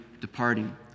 departing